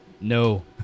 No